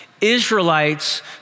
Israelites